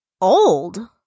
old